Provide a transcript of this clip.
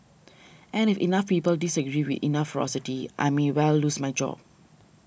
and if enough people disagree with enough ferocity I may well lose my job